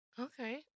Okay